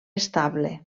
estable